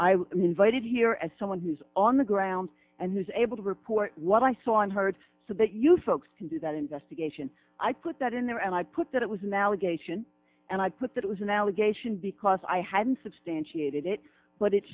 i invited here as someone who's on the ground and who is able to report what i saw and heard so that you folks can do that investigation i put that there and i put that it was an allegation and i put that was an allegation because i hadn't substantiated it but it